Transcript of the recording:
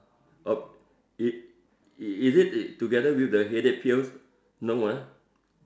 oh it is it together with the headache pills no ah